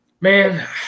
man